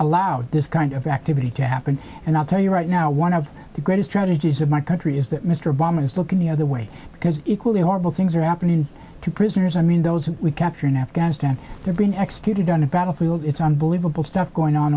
allowed this kind of activity to happen and i'll tell you right now one of the greatest tragedies of my country is that mr obama is looking the other way because equally horrible things are happening to prisoners i mean those we capture in afghanistan they're being executed on a battlefield it's unbelievable stuff going on